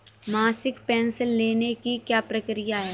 मासिक पेंशन लेने की क्या प्रक्रिया है?